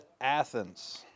Athens